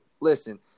Listen